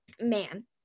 Man